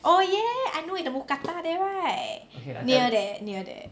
oh ya I know in the mookata there right near the near there